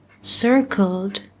circled